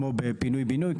כמו בפינוי בינוי.